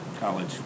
college